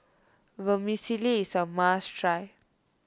Vermicelli is a must try